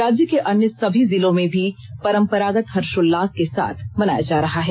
राज्य के अन्य सभी जिलों में भी परम्परागत हर्षोल्लास के साथ मनाया जा रहा है